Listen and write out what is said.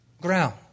ground